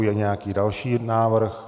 Je nějaký další návrh?